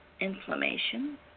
inflammation